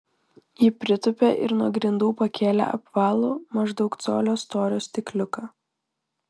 ji pritūpė ir nuo grindų pakėlė apvalų maždaug colio storio stikliuką